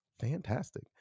fantastic